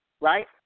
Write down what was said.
right